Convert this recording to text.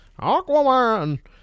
Aquaman